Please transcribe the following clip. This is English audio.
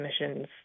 emissions